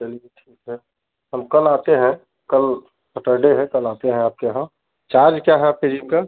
चलिए ठीक है हम कल आते हैं कल सैटरडे है कल आते हैं आपके यहाँ चार्ज क्या है आपके जिम का